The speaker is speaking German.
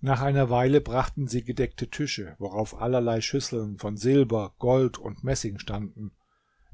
nach einer weile brachten sie gedeckte tische worauf allerlei schüsseln von silber gold und messing standen